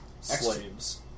Slaves